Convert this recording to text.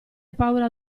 paura